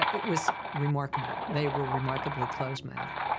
um it was remarkable they were remarkably close-mouthed.